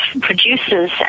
producers